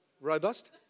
Robust